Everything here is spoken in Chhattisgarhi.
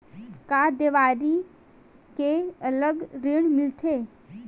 का देवारी के अलग ऋण मिलथे?